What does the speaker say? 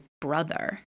brother